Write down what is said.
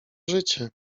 życie